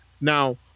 Now